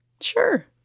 Sure